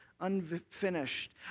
unfinished